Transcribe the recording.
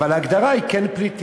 אבל ההגדרה היא כן "פליטים",